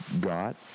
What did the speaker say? got